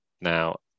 Now